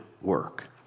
work